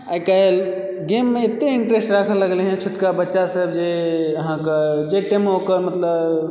आइकाल्हि गेममे एते इंटरेस्ट राखऽ लागलै हँ छोटका बच्चा सब जे अहाँकेंँ जाहि टाइममे ओकर मतलब